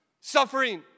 suffering